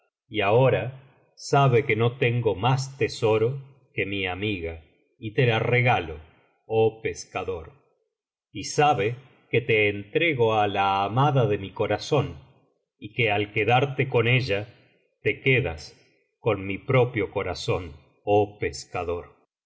y ahora sabe que no tengo más tesoro que mi amiga y te la regalo oh pescador y sabe que te entrego á la amada de mi corazón y que al quedarte con ella te quedas con mi propio corazón oh pescador